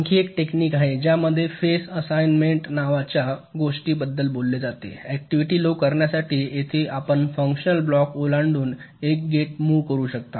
आणखी एक टेक्निक आहे ज्यामध्ये फेज असाईनमेंट नावाच्या गोष्टीबद्दल बोलले जाते ऍक्टिव्हिटी लो करण्यासाठी येथे आपण फंक्शनल ब्लॉक ओलांडून एक गेट मूव्ह करू शकता